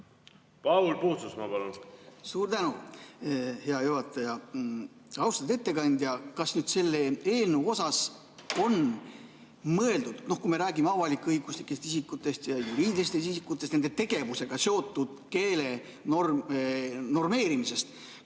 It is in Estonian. Paul Puustusmaa, palun! Suur tänu, hea juhataja! Austatud ettekandja! Kas selle eelnõu puhul on mõeldud, et kui me räägime avalik-õiguslikest isikutest ja juriidilistest isikutest, nende tegevusega seotud keele normeerimisest,